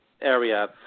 area